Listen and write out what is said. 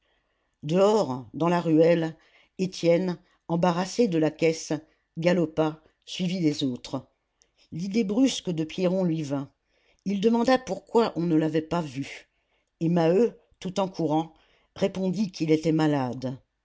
dehors dans la ruelle étienne embarrassé de la caisse galopa suivi des autres l'idée brusque de pierron lui vint il demanda pourquoi on ne l'avait pas vu et maheu tout en courant répondit qu'il était malade